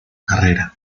carrera